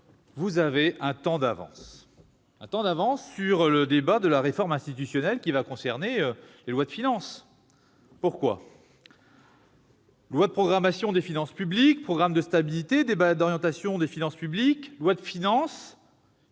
vous avez un temps d'avance, oui, un temps d'avance sur le débat de la réforme institutionnelle, qui va concerner les lois de finances. Pourquoi ? Loi de programmation des finances publiques, programme de stabilité, débat d'orientation des finances publiques, loi de finances,